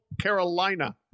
Carolina